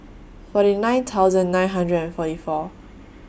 forty nine thousand nine hundred and forty four